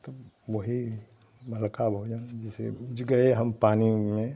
तो वही बड़का भोजन जैसे गए हम पानी में